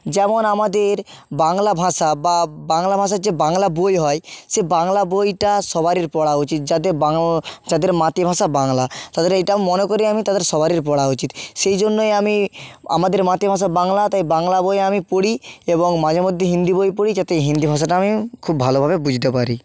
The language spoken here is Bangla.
যেমন আমাদের বাংলা ভাষা বা বাংলা ভাষার যে বাংলা বই হয় সে বাংলা বইটা সবারই পড়া উচিত যাদের যাদের মাতৃভাষা বাংলা তাদের এটা মনে করি আমি তাদের সবারই পড়া উচিত সেই জন্যই আমি আমাদের মাতৃভাষা বাংলা তাই বাংলা বই আমি পড়ি এবং মাঝেমধ্যে হিন্দি বই পড়ি যাতে হিন্দি ভাষাটা আমি খুব ভালোভাবে বুঝতে পারি